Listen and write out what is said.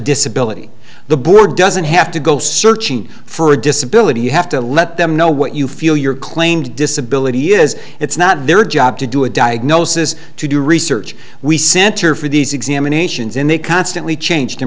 disability the board doesn't have to go searching for disability you have to let them know what you feel your claim disability is it's not their job to do a diagnosis to do research we center for these examinations and they constantly change